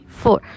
four